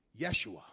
Yeshua